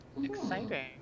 exciting